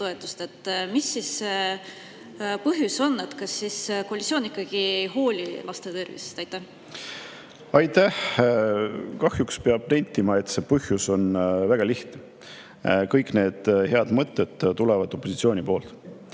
Mis siis see põhjus on? Kas koalitsioon ikkagi ei hooli laste tervisest? Aitäh! Kahjuks peab nentima, et see põhjus on väga lihtne: kõik need head mõtted tulevad opositsioonilt.